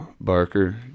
Barker